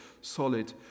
solid